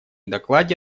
докладе